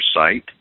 site